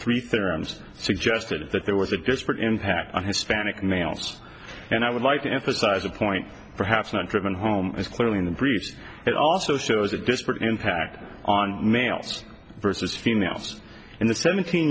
three therms suggested that there was a disparate impact on hispanic males and i would like to emphasize a point perhaps not driven home as clearly in the briefs it also shows a disparate impact on males versus females in the seventeen